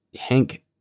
Hank